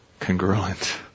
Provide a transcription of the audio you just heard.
congruent